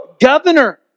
governor